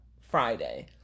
Friday